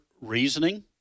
reasoning